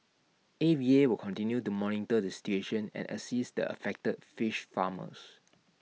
A V A will continue to monitor the situation and assist the affected fish farmers